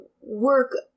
work